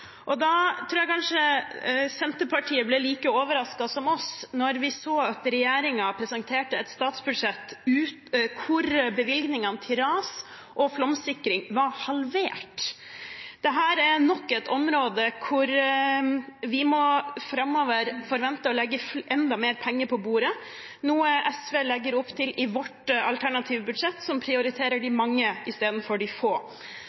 oss da vi så at regjeringen presenterte et statsbudsjett hvor bevilgningene til ras og flomsikring var halvert. Dette er nok et område hvor vi framover må forvente å måtte legge enda mer penger på bordet, noe SV legger opp til i sitt alternative budsjett, som prioriterer de mange istedenfor de få.